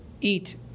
eat